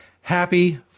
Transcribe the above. Happy